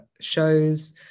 shows